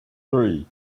three